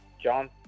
John